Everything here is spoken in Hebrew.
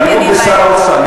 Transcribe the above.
לירות בשר האוצר,